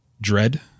dread